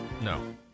No